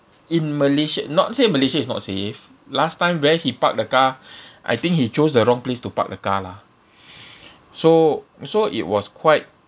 in malaysia not say in malaysia is not safe last time where he parked the car I think he chose the wrong place to park the car lah so so it was quite